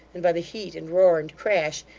and by the heat and roar, and crash,